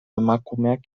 emakumeak